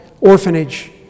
orphanage